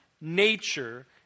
nature